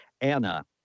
Anna